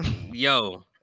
Yo